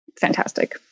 fantastic